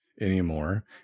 anymore